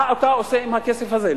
מה אתה עושה עם הכסף הזה,